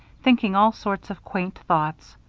thinking all sorts of quaint thoughts.